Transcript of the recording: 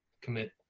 commit